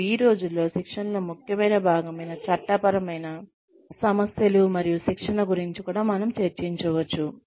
మరియు ఈ రోజుల్లో శిక్షణలో ముఖ్యమైన భాగం అయిన చట్టపరమైన సమస్యలు మరియు శిక్షణ గురించి కూడా మనం చర్చించవచ్చు